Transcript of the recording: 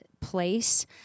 place